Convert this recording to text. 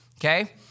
Okay